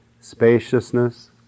spaciousness